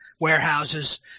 warehouses